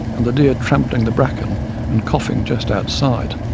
and the deer trampling the bracken and coughing just outside.